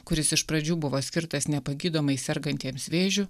kuris iš pradžių buvo skirtas nepagydomai sergantiems vėžiu